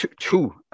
two